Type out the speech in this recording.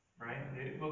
Right